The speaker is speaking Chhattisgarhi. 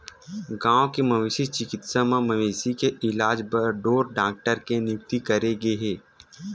गाँव के मवेशी चिकित्सा म मवेशी के इलाज बर ढ़ोर डॉक्टर के नियुक्ति करे गे हे